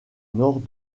nord